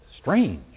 Strange